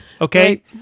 okay